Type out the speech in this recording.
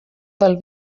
del